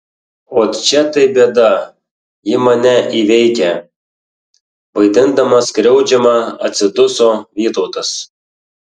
ot čia tai bėda ji mane įveikia vaidindamas skriaudžiamą atsiduso vytautas